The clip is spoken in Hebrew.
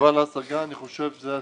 תשובה על ההשגה, אני חושב שזה היה...